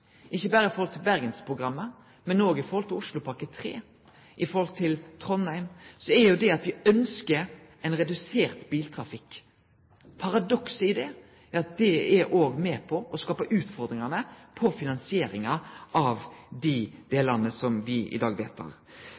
ikkje berre i forhold til Bergensprogrammet, men òg i forhold til Oslopakke 3 og i forhold til Trondheim. Det er jo slik at me ønskjer redusert biltrafikk. Paradokset i det er at det er med på å skape utfordringar når det gjeld finansieringa av dei delane som me vedtek i dag.